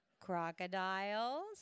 Crocodiles